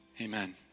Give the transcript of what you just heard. Amen